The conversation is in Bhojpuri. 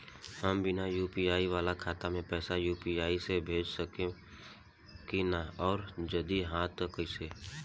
हम बिना यू.पी.आई वाला खाता मे पैसा यू.पी.आई से भेज सकेम की ना और जदि हाँ त कईसे?